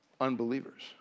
unbelievers